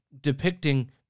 depicting